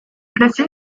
placé